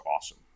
awesome